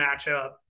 matchup